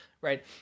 right